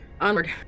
onward